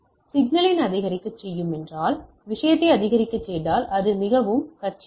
சிக்னலின் அளவை அதிகரிக்கச் சென்றால் விஷயத்தை அதிகரிக்கச் செய்தால் அது மிகவும் கச்சிதமான